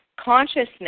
consciousness